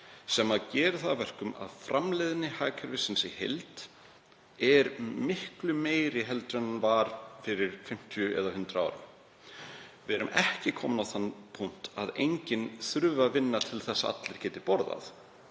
sem gerir að verkum að framleiðni hagkerfisins í heild er miklu meiri en hún var fyrir 50 eða 100 árum. Við erum ekki komin á þann punkt að enginn þurfi að vinna til þess að allir geti borðað.